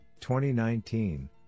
2019